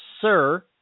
Sir